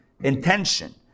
intention